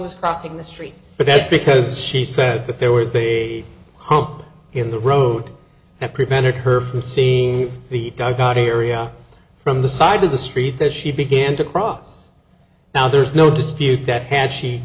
was crossing the street but that's because she said that there was a hump in the road that prevented her from seeing the area from the side of the street that she began to cross now there's no dispute that had she